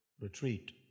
retreat